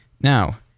now